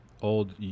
Old